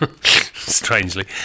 strangely